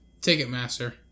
Ticketmaster